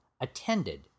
attended